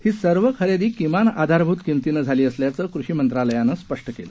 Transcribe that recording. ही सर्व खरेदी किमान आधारभूत किमतींन झाली असल्याचं कृषी मंत्रालयानं स्पष्ट केलं